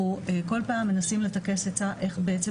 אנחנו כל פעם מנסים לטכס עצה איך בעצם